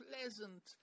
pleasant